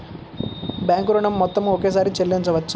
Bank ఋణం మొత్తము ఒకేసారి చెల్లించవచ్చా?